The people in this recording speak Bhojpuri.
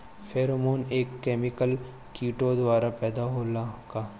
फेरोमोन एक केमिकल किटो द्वारा पैदा होला का?